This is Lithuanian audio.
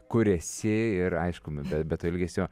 kur esi ir aišku nu be be to ilgesio